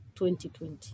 2020